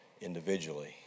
individually